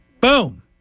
Boom